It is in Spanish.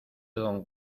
don